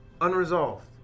unresolved